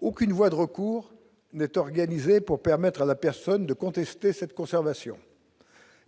aucune voie de recours n'est organisé pour permettre à la personne de contester cette conservation,